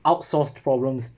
outsourced problems